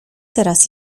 teraz